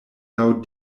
laŭ